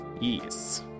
Yes